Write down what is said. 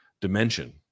dimension